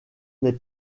n’est